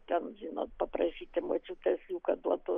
ten žinot paprašyti močiutės jų kad duotų